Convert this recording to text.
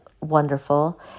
wonderful